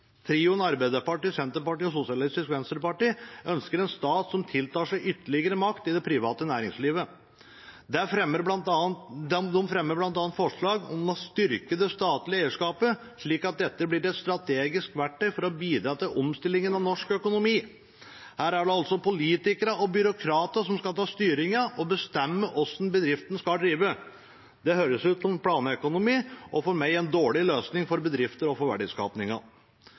Trioen Arbeiderpartiet, Senterpartiet og Sosialistisk Venstreparti ønsker en stat som tiltar seg ytterligere makt i det private næringslivet. De fremmer bl.a. forslag om å «styrke det statlige eierskapet slik at dette blir et strategisk verktøy for å bidra til omstillingen av norsk økonomi». Her er det altså politikere og byråkrater som skal ta styringen og bestemme hvordan bedriften skal drive. Det høres for meg ut som planøkonomi og en dårlig løsning for bedrifter og